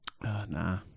Nah